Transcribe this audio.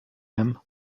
him